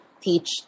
teach